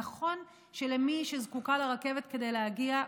נכון שלמי שזקוקה לרכבת כדי להגיע,